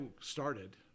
started –